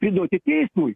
priduoti teismui